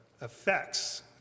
effects